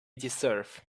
deserve